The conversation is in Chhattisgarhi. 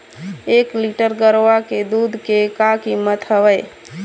एक लीटर गरवा के दूध के का कीमत हवए?